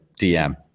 DM